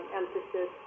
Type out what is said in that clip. emphasis